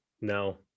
no